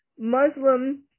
Muslim